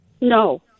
No